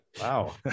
wow